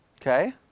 Okay